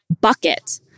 bucket